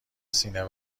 سینه